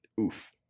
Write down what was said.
Oof